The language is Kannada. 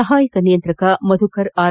ಸಹಾಯಕ ನಿಯಂತ್ರಕ ಮಧುಕರ್ ಆರ್